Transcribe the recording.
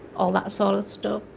all that sort of stuff.